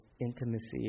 intimacy